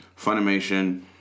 Funimation